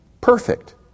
Perfect